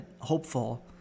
hopeful